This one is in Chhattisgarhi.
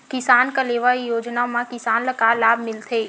किसान कलेवा योजना म किसान ल का लाभ मिलथे?